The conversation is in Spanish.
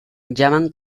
llaman